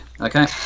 Okay